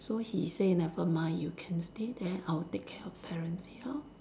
so he say never mind you can stay there I'll take care of parents here